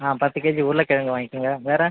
ஆ பத்து கேஜி உருளைக்கிழங்கு வாங்கிக்கோங்க வேறு